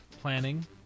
planning